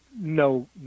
No